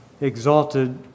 exalted